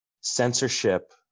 censorship